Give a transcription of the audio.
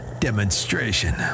demonstration